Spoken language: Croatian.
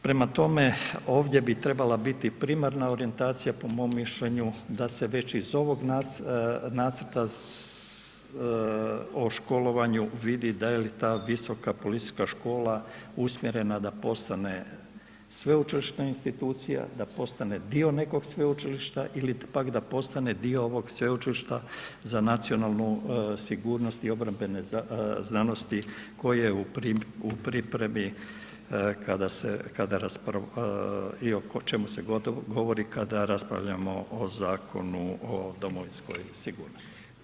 Prema tome, ovdje bi trebala biti primarna orijentacija po mom mišljenju da se već iz ovog nacrta o školovanju vidi da, je li ta visoka policijska škola usmjerena da postane sveučilišna institucija, da postane dio nekog sveučilišta ili pak da postane dio ovog Sveučilišta za nacionalnu sigurnost i obrambene znanosti koje u pripremi kada se, i o čemu se govori kada raspravljamo o Zakonu o domovinskoj sigurnosti.